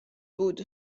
بود